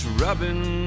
rubbing